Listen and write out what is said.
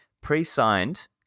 pre-signed